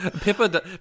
Pippa